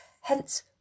Hence